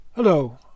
Hello